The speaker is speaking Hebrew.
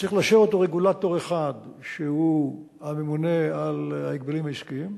צריך לאשר עוד רגולטור אחד שהוא הממונה על ההגבלים העסקיים,